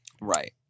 Right